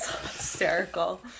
Hysterical